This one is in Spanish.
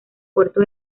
puerto